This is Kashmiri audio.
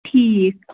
ٹھیٖک